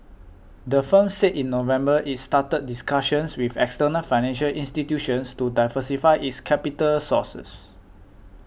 the firm said in November it's started discussions with external financial institutions to diversify its capital sources